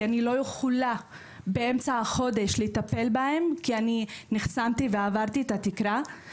כי אני לא יכולה באמצע החודש לטפל בהם כי אני נחסמתי ועברתי את התקרה.